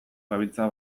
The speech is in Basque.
gabiltza